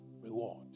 reward